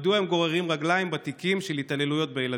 מדוע הם גוררים רגליים בתיקים של התעללויות בילדים.